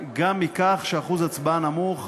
גם מכך שאחוז הצבעה נמוך,